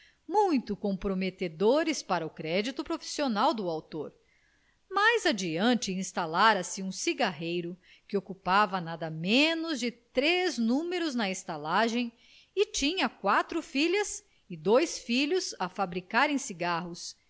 muito comprometedores para o crédito profissional do autor mais adiante instalara se um cigarreiro que ocupava nada menos de três números na estalagem e tinha quatro filhas e dois filhos a fabricarem cigarros